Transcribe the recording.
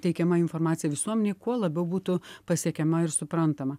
teikiama informacija visuomenei kuo labiau būtų pasiekiama ir suprantama